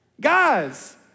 guys